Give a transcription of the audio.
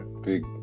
big